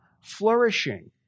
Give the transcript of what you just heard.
flourishing